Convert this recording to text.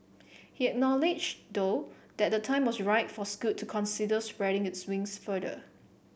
he acknowledged though that the time was right for Scoot to consider spreading its wings further